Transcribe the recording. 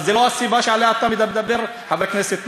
אז לא זו הסיבה שעליה אתה מדבר, חבר הכנסת מיקי?